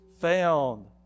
found